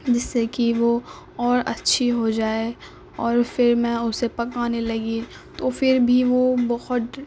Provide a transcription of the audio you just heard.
جس سے کہ وہ اور اچھی ہو جائے اور پھر میں اسے پکانے لگی تو پھر بھی وہ بہت